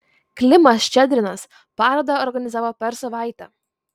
klimas ščedrinas parodą organizavo per savaitę